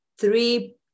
three